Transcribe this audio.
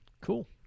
Cool